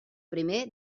primer